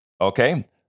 Okay